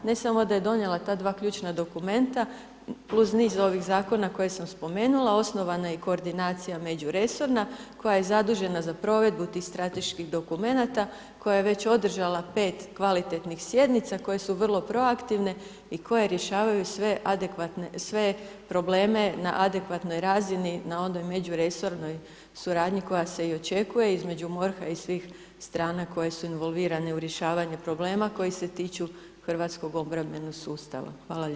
Ne samo da je donijela ta dva ključna dokumenta, plus niz ovih zakona kojih sam spomenula, osnovana je i koordinacija međuresorna, koja je zadužena za provedbu tih strateških dokumenata, koja je već održala 5 kvalitetnih sjednica, koje su vrlo proaktivna i koje rješavaju sve probleme na adekvatnoj razini, na onoj međuresornoj suradnji, koja se i očekuje između MORH-a i svih strana koje su involvirane u rješavanje problema, koje se tiču hrvatskog obrambenog sustava.